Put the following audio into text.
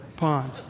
pond